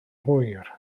hwyr